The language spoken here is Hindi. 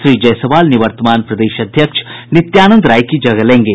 श्री जायसवाल निवर्तमान प्रदेश अध्यक्ष नित्यानंद राय की जगह लेंगे